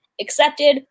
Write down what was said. accepted